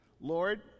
Lord